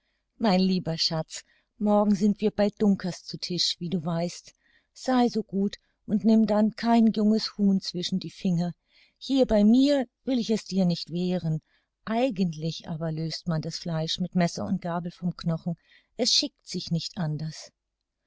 mein lieber schatz morgen sind wir bei dunkers zu tisch wie du weißt sei so gut und nimm dann kein junges huhn zwischen die finger hier bei mir will ich es dir nicht wehren eigentlich aber löst man das fleisch mit messer und gabel vom knochen es schickt sich nicht anders